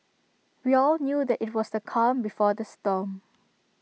we all knew that IT was the calm before the storm